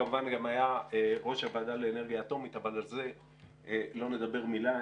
כמובן גם היה ראש הוועדה לאנרגיה אטומית אבל על זה לא נדבר מילה,